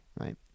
right